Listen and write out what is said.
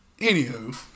Anywho